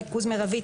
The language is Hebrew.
"ריכוז מרבי",